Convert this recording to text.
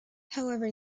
however